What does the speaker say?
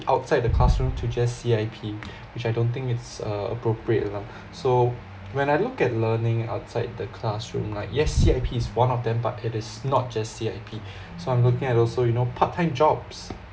outside the classroom to just C_I_P which I don't think it's uh appropriate l[ah] so when I look at learning outside the classroom like yes C_I_P is one of them but it is not just C_I_P so I'm looking at also you know part-time jobs